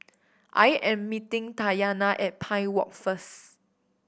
I am meeting Tatyanna at Pine Walk first